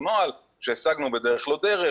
הוא נוהל שהשגנו בדרך-לא-דרך,